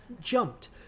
Jumped